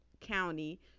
County